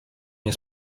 nie